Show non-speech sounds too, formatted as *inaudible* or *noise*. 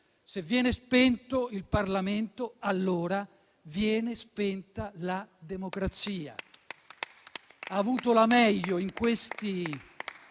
Se viene spento il Parlamento, allora viene spenta la democrazia. *applause* Ha avuto la meglio, in questi